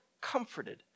comforted